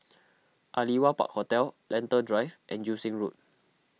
Aliwal Park Hotel Lentor Drive and Joo Seng Road